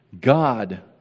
God